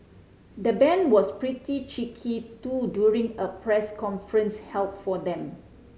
the band was pretty cheeky too during a press conference held for them